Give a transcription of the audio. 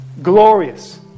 glorious